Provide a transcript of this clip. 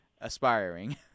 aspiring